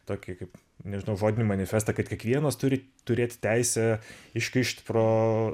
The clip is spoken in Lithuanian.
tokį kaip nežinau žodinį manifestą kad kiekvienas turi turėt teisę iškišt pro